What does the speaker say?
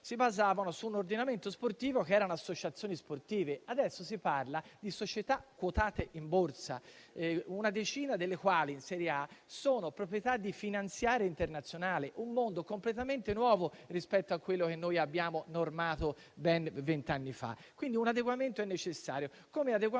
si basavano su un ordinamento sportivo composto da associazioni sportive. Adesso si parla di società quotate in borsa, una decina delle quali, in Serie A, sono proprietà di finanziarie internazionali; si tratta di un mondo completamente nuovo rispetto a quello che abbiamo normato ben vent'anni fa. Quindi un adeguamento è necessario.